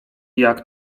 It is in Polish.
jak